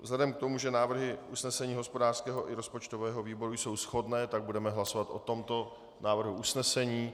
Vzhledem k tomu, že návrhy usnesení hospodářského i rozpočtového výboru jsou shodné, tak budeme hlasovat o tomto návrhu usnesení.